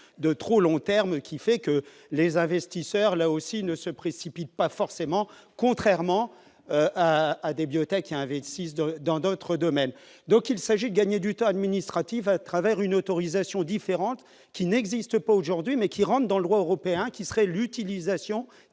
de trop long terme qui fait que les investisseurs, là aussi, ne se précipitent pas forcément contrairement à des biotechs investissent dans dans d'autres domaines, donc il s'agit de gagner du temps administratives à travers une autorisation différentes qui n'existe pas aujourd'hui mais qui rentre dans le droit européen qui serait l'utilisation